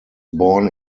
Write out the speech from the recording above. born